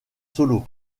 solos